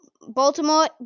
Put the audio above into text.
Baltimore